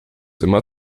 immer